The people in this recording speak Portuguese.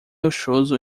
rochoso